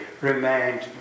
remained